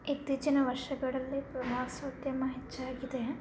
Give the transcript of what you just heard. ಇತ್ತೀಚಿನ ವರ್ಷಗಳಲ್ಲಿ ಪ್ರವಾಸೋದ್ಯಮ ಹೆಚ್ಚಾಗಿದೆ